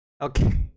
Okay